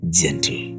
gentle